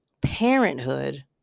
parenthood